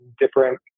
different